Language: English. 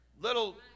little